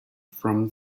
from